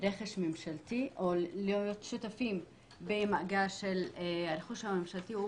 רכש ממשלתי או להיות שותפים במאגר של הרכוש הממשלתי,